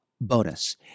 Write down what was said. Bonus